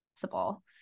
possible